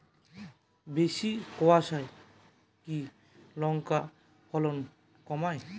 বেশি কোয়াশায় কি লঙ্কার ফলন কমায়?